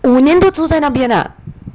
五年都住在那边 ah